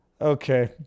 Okay